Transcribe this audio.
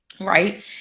Right